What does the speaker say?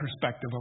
perspective